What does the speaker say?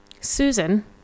Susan